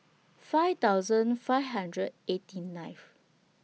five thousand five hundred eighty nineth